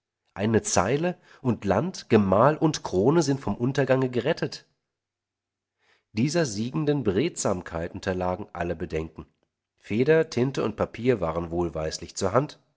eine zeile und land gemahl und krone sind vom untergang gerettet dieser siegenden beredsamkeit unterlagen alle bedenken feder tinte und papier waren wohlweislich zur hand